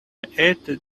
ate